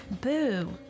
Boo